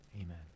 Amen